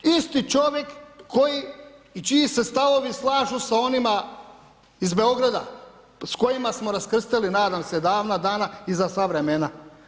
Isti čovjek koji i čiji se stavovi slažu sa onima iz Beograda s kojima smo raskrstili nadam se davna dana i za sva vremena.